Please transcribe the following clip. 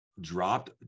dropped